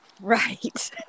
Right